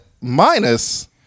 minus